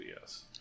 yes